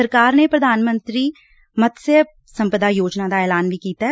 ਸਰਕਾਰ ਨੇ ਪ੍ਧਾਨ ਮੰਤਰੀ ਮਤਸਿਅ ਸੰਪਦਾ ਯੋਜਨਾ ਦਾ ਐਲਾਨ ਵੀ ਕੀਤੈ